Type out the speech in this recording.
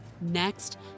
Next